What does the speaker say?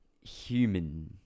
human